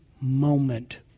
moment